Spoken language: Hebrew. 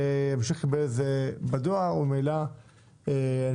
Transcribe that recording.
ימשיך לקבל את זה בדואר וממילא אני